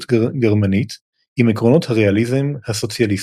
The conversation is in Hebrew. גרמנית עם עקרונות הריאליזם הסוציאליסטי.